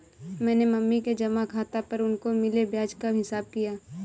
मैंने मम्मी के जमा खाता पर उनको मिले ब्याज का हिसाब किया